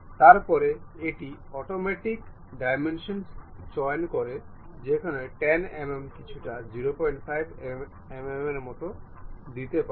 তারপরে এটি automatic dimension চয়ন করে যেখানে 10 mm কিছুটা 05 mm এর মতো দিতে পারে